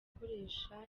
gukoresha